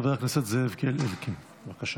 חבר הכנסת זאב אלקין, בבקשה.